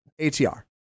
atr